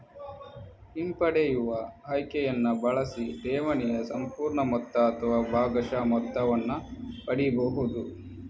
ಹಿಂಪಡೆಯುವ ಆಯ್ಕೆಯನ್ನ ಬಳಸಿ ಠೇವಣಿಯ ಸಂಪೂರ್ಣ ಮೊತ್ತ ಅಥವಾ ಭಾಗಶಃ ಮೊತ್ತವನ್ನ ಪಡೀಬಹುದು